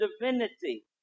divinity